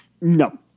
No